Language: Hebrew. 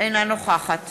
אינה נוכחת